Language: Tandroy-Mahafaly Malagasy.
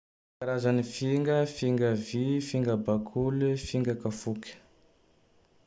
Karazagne finga: finga vy, finga bakole, finga kafoky.